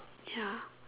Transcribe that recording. ya